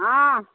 অঁ